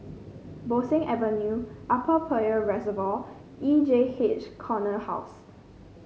Bo Seng Avenue Upper Peirce Reservoir E J H Corner House